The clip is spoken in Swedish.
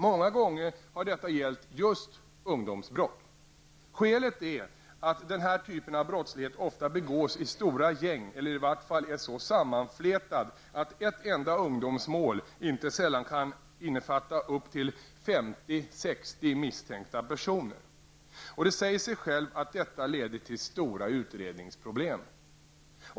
Många gånger har detta gällt just ungdomsbrott. Skälet är att denna typ av brottslighet ofta begås i stora gäng eller i vart fall är så sammanflätad att ett enda ungdomsmål inte sällan kan innefatta upp till 50--60 misstänkta personer. Det säger sig självt att detta leder till stora utredningsproblem.